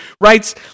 writes